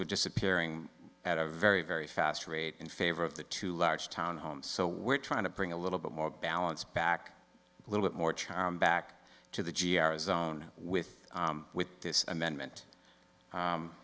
would disappearing at a very very fast rate in favor of the two large town homes so we're trying to bring a little bit more balance back a little bit more back to the g r a zone with with this amendment